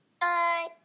Bye